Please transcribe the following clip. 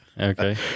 Okay